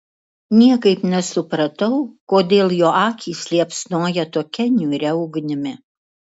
niekaip nesupratau kodėl jo akys liepsnoja tokia niūria ugnimi